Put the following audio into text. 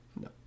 No